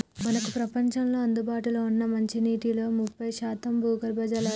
మనకు ప్రపంచంలో అందుబాటులో ఉన్న మంచినీటిలో ముప్పై శాతం భూగర్భ జలాలే